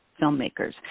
filmmakers